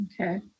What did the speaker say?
Okay